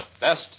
best